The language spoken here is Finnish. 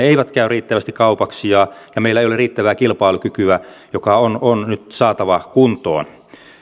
eivät käy riittävästi kaupaksi ja ja meillä ei ole riittävää kilpailukykyä joka on on nyt saatava kuntoon